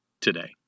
today